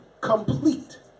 complete